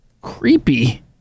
creepy